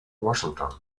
washington